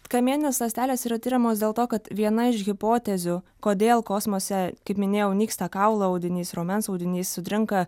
kamieninės ląstelės yra tiriamos dėl to kad viena iš hipotezių kodėl kosmose kaip minėjau nyksta kaulų audinys raumens audinys sutrinka